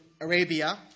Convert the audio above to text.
Arabia